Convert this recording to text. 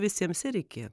visiems iki